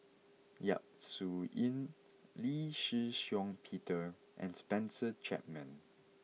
Yap Su Yin Lee Shih Shiong Peter and Spencer Chapman